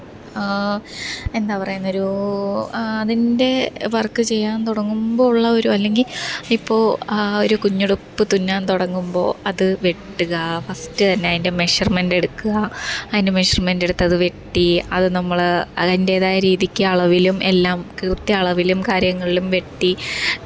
എന്താ പറയുന്നൊരു അതിന്റെ വര്ക്ക് ചെയ്യാന് തുടങ്ങുമ്പോൾ ഉള്ള ഒരു അല്ലെങ്കില് ഇപ്പോൾ ആ ഒരു കുഞ്ഞുടുപ്പ് തുന്നാന് തുടങ്ങുമ്പോൾ അത് വെട്ട്കാ ഫസ്റ്റ് തന്നെ അതിന്റെ മെഷര്മെന്റെടുക്കുക അതിന്റെ മെഷര്മെന്റെട്ത്തത് വെട്ടി അത് നമ്മൾ അതിന്റെതായ രീതിക്ക് അളവിലും എല്ലാം കൃത്യ അളവിലും കാര്യങ്ങളിലും വെട്ടി